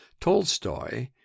Tolstoy